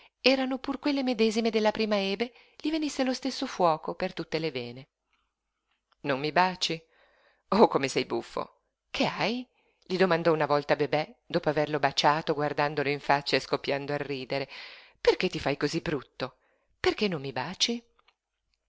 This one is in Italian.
erano pur quelle medesime della prima ebe gli venisse lo stesso fuoco per tutte le vene non mi baci oh come sei buffo che hai gli domandò una volta bebè dopo averlo baciato guardandolo in faccia e scoppiando a ridere perché ti fai cosí brutto perché non mi baci